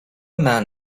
man